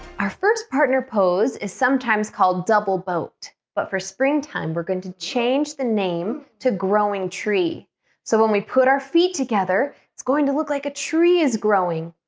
our first partner pose is sometimes called double boat but for springtime we're going to change the name to growing tree so when we put our feet together, it's going to look like a tree is growing.